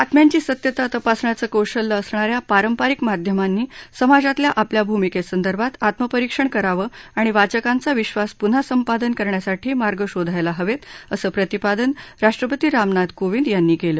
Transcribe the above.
बातम्यांची सत्यता तपासण्याचं कौशल्य असणाऱ्या पारंपरिक माध्यमांनी समाजातल्या आपल्या भूमिकेसंदर्भात आत्मपरीक्षण करावं आणि वाचकांचा विश्वास पुन्हा संपादन करण्यासाठी मार्ग शोधायला हवेत असं प्रतिपादन राष्ट्रपती रामनाथ कोविंद यांनी केलं